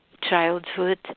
childhood